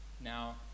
Now